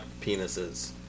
penises